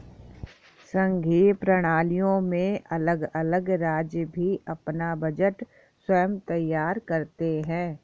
संघीय प्रणालियों में अलग अलग राज्य भी अपना बजट स्वयं तैयार करते हैं